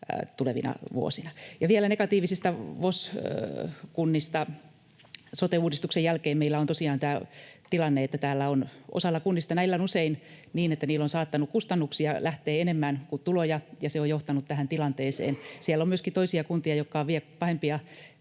tulevina vuosina. Vielä negatiivisista VOS-kunnista: Sote-uudistuksen jälkeen meillä on tosiaan tämä tilanne, että osalla kunnista... Näillä on usein niin, että niillä on saattanut kustannuksia lähteä enemmän kuin tuloja ja se on johtanut tähän tilanteeseen. Siellä on myöskin toisia kuntia, jotka ovat